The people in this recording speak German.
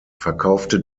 verkaufte